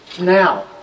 Now